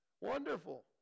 Wonderful